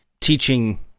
teaching